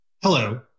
Hello